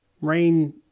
rain